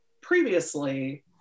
previously